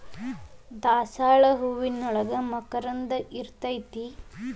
ದಾಸಾಳ ಹೂವಿನೋಳಗ ಮಕರಂದ ಇರ್ತೈತಿ